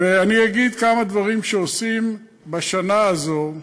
ואני אגיד כמה דברים שעושים בשנה הזו,